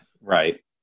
right